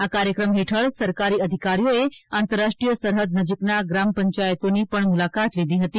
આ કાર્યક્રમ હેઠળ સરકારી અધિકારીઓએ આંતરરાષ્ટ્રીય સરહદ નજીકના ગ્રામ પંચાયતોની પણ મુલાકાત લીધી હતી